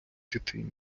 дитині